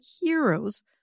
heroes